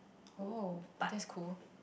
orh but that's cool